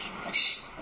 us